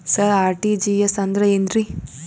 ಸರ RTGS ಅಂದ್ರ ಏನ್ರೀ?